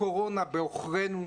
הקורונה בעוכרנו,